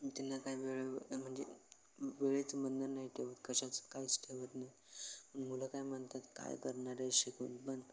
त्यांना काय वेळ म्हणजे वेळेचं बंधन नाही ठेवत कशाचं काहीच ठेवत नाही मुलं काय म्हणतात काय करणार आहे शिकून पण